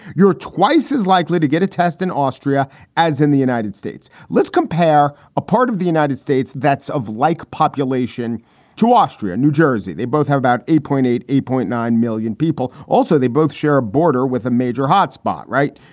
you're twice as likely to get a test in austria as in the united states. let's compare a part of the united states that's of like population to austria. new jersey, they both have about eight point eight, eight point nine million people. also, they both share a border with a major hotspot. right.